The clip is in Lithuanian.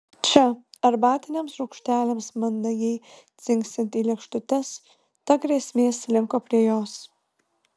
čia arbatiniams šaukšteliams mandagiai dzingsint į lėkštutes ta grėsmė slinko prie jos